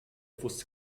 wusste